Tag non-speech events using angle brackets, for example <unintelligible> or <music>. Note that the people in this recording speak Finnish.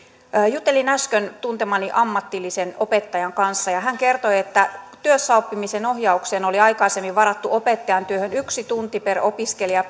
juttelin äsken tuntemani ammatillisen opettajan kanssa ja hän kertoi että työssäoppimisen ohjaukseen oli aikaisemmin varattu opettajan työhön yksi tunti per opiskelija <unintelligible>